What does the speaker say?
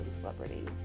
celebrity